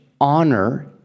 honor